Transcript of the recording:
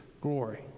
glory